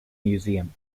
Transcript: museum